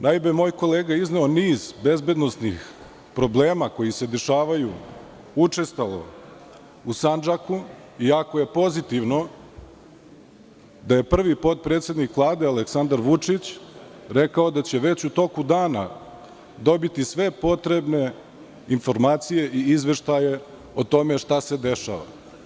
Naime, moj kolega je izneo niz bezbednosnih problema koji se dešavaju učestalo u Sandžaku, iako je pozitivno da je prvi potpredsednik Vlade Aleksandar Vučić rekao da će već u toku dana dobiti sve potrebne informacije i izveštaje o tome šta se dešava.